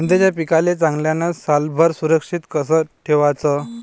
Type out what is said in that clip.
कांद्याच्या पिकाले चांगल्यानं सालभर सुरक्षित कस ठेवाचं?